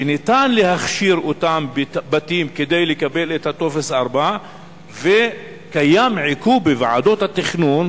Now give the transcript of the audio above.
שניתן להכשיר אותם בתים כדי לקבל טופס 4 וקיים עיכוב בוועדות התכנון.